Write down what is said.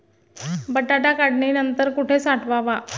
बटाटा काढणी नंतर कुठे साठवावा?